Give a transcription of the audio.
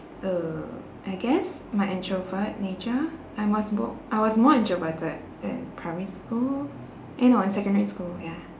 uh I guess my introvert nature I was mo~ I was more introverted in primary school eh no in secondary school ya